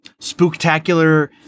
spooktacular